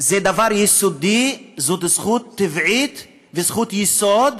היא דבר יסודי, זאת זכות טבעית וזכות יסוד,